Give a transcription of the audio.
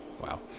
Wow